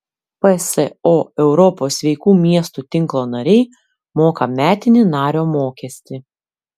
pso europos sveikų miestų tinklo nariai moka metinį nario mokestį